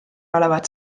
olevat